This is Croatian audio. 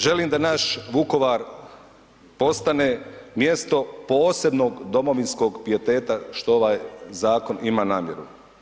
Želim da naš Vukovar postane mjesto posebnog domovinskog pijeteta što ovaj zakon ima namjeru.